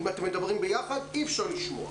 אם אתם מדברים יחד אי-אפשר לשמוע.